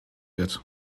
wird